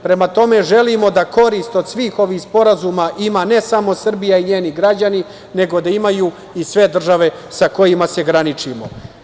Prema tome, želimo da korist od svih ovih sporazuma ima ne samo Srbija i njeni građani, nego da imaju i sve države sa kojima se graničimo.